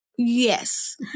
Yes